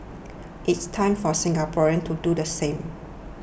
it is time for Singaporeans to do the same